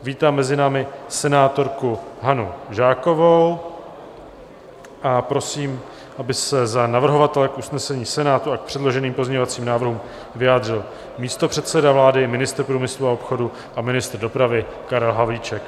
Vítám mezi námi senátorku Hanu Žákovou a prosím, aby se za navrhovatele k usnesení Senátu a k předloženým pozměňovacím návrhům vyjádřil místopředseda vlády, ministr průmyslu a obchodu a ministr dopravy Karel Havlíček.